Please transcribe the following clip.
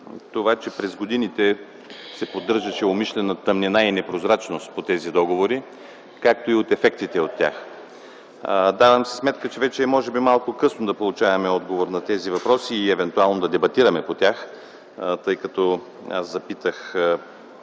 това, че през годините се поддържаше умишлена тъмнина и непрозрачност по тези договори, както и за ефектите от тях. Давам си сметка, че вече е може би малко късно да получаваме отговор на тези въпроси и евентуално да дебатираме по тях, тъй като запитах